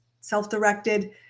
self-directed